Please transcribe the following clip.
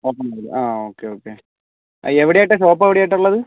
ഒന്ന് മുതല് okay okay എവിടെ ആയിട്ടാണ് ഷോപ്പ് എവിടെയായിട്ടാണ് ഉള്ളത്